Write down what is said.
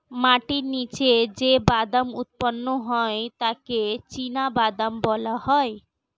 মাটির নিচে যে বাদাম উৎপন্ন হয় তাকে চিনাবাদাম বলা হয়